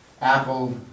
Apple